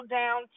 down